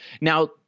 Now